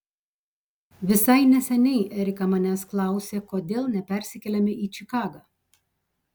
visai neseniai erika manęs klausė kodėl nepersikeliame į čikagą